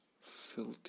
filthy